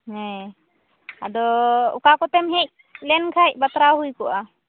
ᱦᱮᱸ ᱟᱫᱚ ᱚᱠᱟ ᱠᱚᱛᱮᱢ ᱦᱮᱡ ᱞᱮᱱᱠᱷᱟᱱ ᱵᱟᱛᱨᱟᱣ ᱦᱩᱭ ᱠᱚᱜᱼᱟ